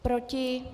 Proti?